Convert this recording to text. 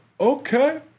okay